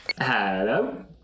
Hello